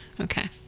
Okay